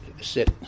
sit